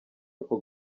ako